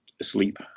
asleep